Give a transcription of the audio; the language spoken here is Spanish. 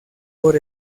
por